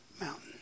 mountain